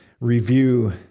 review